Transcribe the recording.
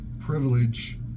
privilege